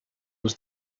was